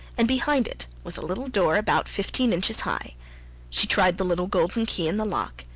and behind it was a little door about fifteen inches high she tried the little golden key in the lock,